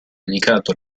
dedicato